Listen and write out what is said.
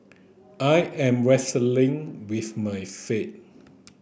I am wrestling with my faith